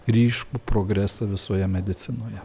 ryškų progresą visoje medicinoje